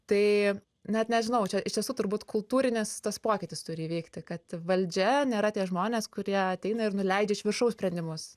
tai net nežinau čia iš tiesų turbūt kultūrinis tas pokytis turi įvykti kad valdžia nėra tie žmonės kurie ateina ir nuleidžia iš viršaus sprendimus